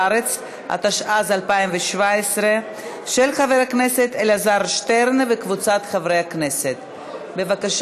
33 חברי כנסת בעד, 43 מתנגדים, אין נמנעים.